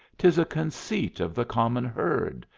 tis a conceit of the common herd,